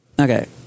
Okay